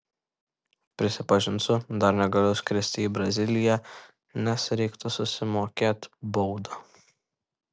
prisipažinsiu dar negaliu skristi į braziliją nes reiktų susimokėt baudą